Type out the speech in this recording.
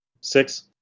Six